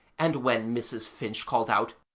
and when mrs. finch called out,